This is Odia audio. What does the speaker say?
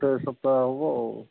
ତେବେ ସପ୍ତାହେ ହେବ ଆଉ